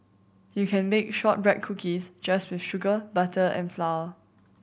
you can bake shortbread cookies just with sugar butter and flour